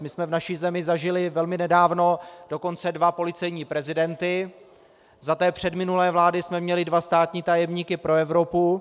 My jsme v naší zemi zažili velmi nedávno dokonce dva policejní prezidenty, za té předminulé vlády jsme měli dva státní tajemníky pro Evropu.